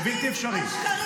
יבוא ראש השב"כ --- אי-אפשר כך.